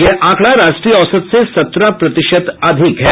यह आंकड़ा राष्ट्रीय औसत से सत्रह प्रतिशत से अधिक है